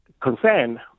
concern